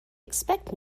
expect